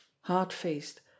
hard-faced